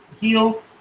heel